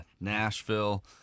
Nashville